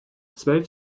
zwölf